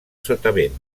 sotavent